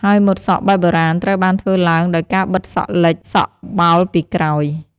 ហើយម៉ូតសក់បែបបុរាណត្រូវបានធ្វើឡើងដោយការបិទសក់លិច សក់បោលពីក្រោយ។